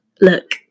look